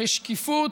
בשקיפות,